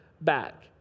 back